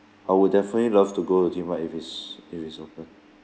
I would definitely love to go to theme park if it's if it's open